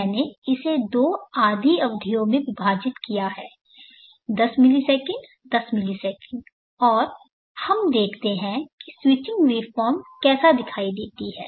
मैंने इसे दो आधी अवधियों में विभाजित किया है दस मिलीसेकंड दस मिलीसेकंड और हम देखते हैं कि स्विचिंग वेवफॉर्म कैसे दिखाई देती हैं